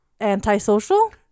antisocial